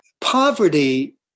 Poverty